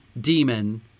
demon